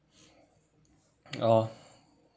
orh